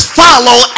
follow